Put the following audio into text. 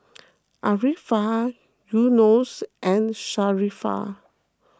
Arifa Yunos and Sharifah